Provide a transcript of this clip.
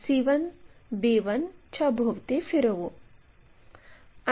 मग हे p आणि R जोडावे